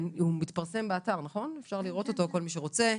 אפשר לראות אותו באתר,